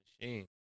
machine